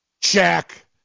Check